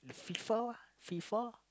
F_I_F_A F_I_F_A